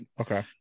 Okay